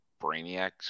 Brainiacs